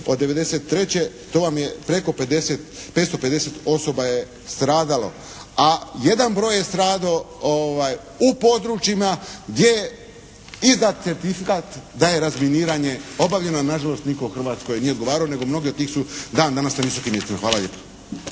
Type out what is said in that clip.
od '93. to vam je preko 50, 550 osoba je stradalo, a jedan broj je stradao u područjima gdje je izdan certifikat da je razminiranje obavljeno, na žalost nitko u Hrvatskoj nije odgovarao, nego mnogi od tih su dan danas na visokim mjestima. Hvala lijepa.